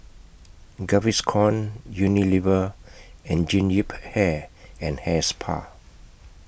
Gaviscon Unilever and Jean Yip Hair and Hair Spa